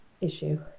issue